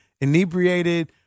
inebriated